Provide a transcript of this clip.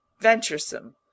venturesome